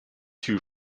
two